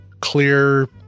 clear